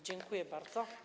Dziękuję bardzo.